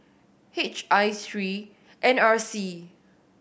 H I three N R C